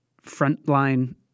front-line